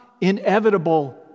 inevitable